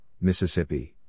Mississippi